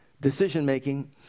decision-making